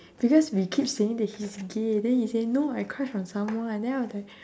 because we keep saying that he is gay then he say no I crush on someone lah then I was like